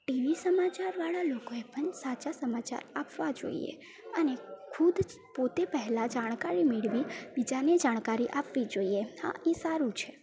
TV સમાચારવાળા લોકોએ પણ સાચા સમાચાર આપવા જોઈએ અને ખુદ પોતે પહેલાં જાણકારી મેળવી બીજાને જાણકારી આપવી જોઈએ હા એ સારું છે